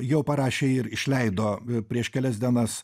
jau parašė ir išleido prieš kelias dienas